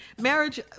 Marriage